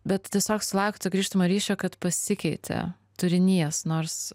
bet tiesiog sulaukti grįžtamojo ryšio kad pasikeitė turinys nors